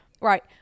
right